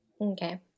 Okay